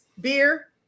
beer